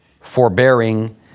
forbearing